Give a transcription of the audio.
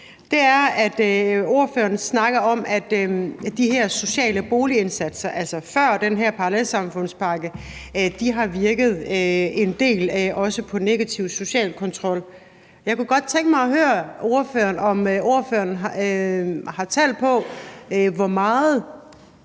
det. Ordføreren snakker om, at de her sociale boligindsatser – altså før den her parallelsamfundspakke – har virket en del, også på negativ social kontrol. Jeg kunne godt tænke mig at høre ordføreren, om ordføreren har tal på, hvor meget